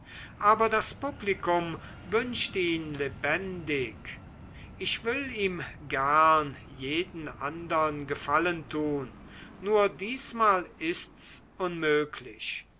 aber das publikum wünscht ihn lebendig ich will ihm gern jeden andern gefallen tun nur diesmal ist's unmöglich